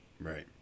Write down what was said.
right